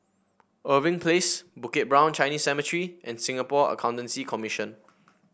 Irving Place Bukit Brown Chinese Cemetery and Singapore Accountancy Commission